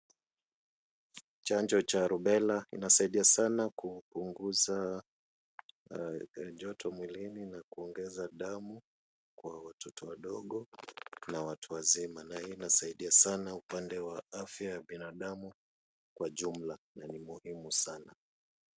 Chanjo cha rubela inasaidia sana kupunguza joto mwilini na kuongeza damu kwa watoto wadogo na watu wazima. Na hii inasaidia sana upande wa afya ya binadamu kwa jumla na ni muhimu sana.